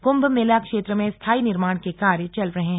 कुंभ मेला क्षेत्र में स्थाई निर्माण के कार्य चल रहे हैं